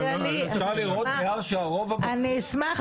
אפשר לראות שהרוב המכריע --- אני אשמח,